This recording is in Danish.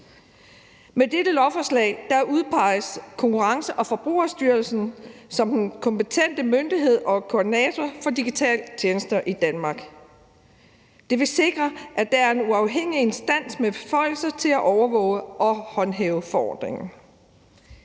Med dette lovforslag udpeges Konkurrence- og Forbrugerstyrelsen som den kompetente myndighed og koordinator for digitale tjenester i Danmark. Det vil sikre, at der er en uafhængig instans med beføjelse til at overvåge og håndhæve forordningen.